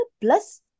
plus